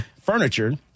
furniture